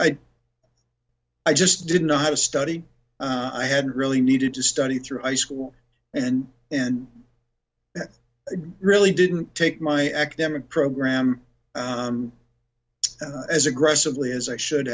i i just didn't know how to study i had really needed to study through high school and and really didn't take my academic program as aggressively as i should